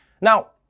Now